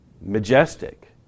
majestic